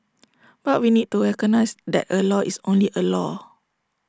but we need to recognise that A law is only A law